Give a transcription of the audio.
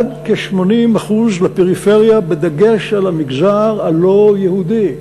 עד כ-80% לפריפריה, בדגש על המגזר הלא-יהודי,